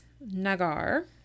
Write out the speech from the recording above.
Nagar